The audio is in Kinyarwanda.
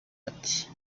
ati